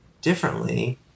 differently